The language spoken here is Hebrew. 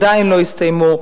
עדיין לא הסתיימו.